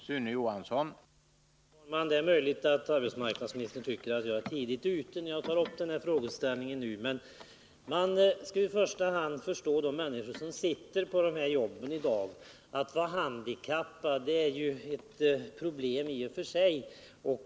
Herr talman! Det är möjligt att arbetsmarknadsministern tycker att jag är tidigt ute när jag tar upp frågeställningen nu, men man måste i första hand försöka förstå de människor som sitter på de här jobben i dag. Att vara handikappad är ett problem i och för sig.